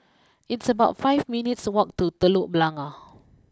it's about five minutes walk to Telok Blangah